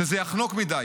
שזה יחנוק מדי.